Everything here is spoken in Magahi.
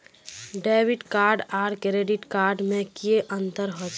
डेबिट कार्ड आर क्रेडिट कार्ड में की अंतर होचे?